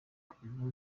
kwigezaho